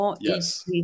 yes